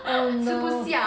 oh no